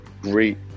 great